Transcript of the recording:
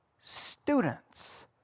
students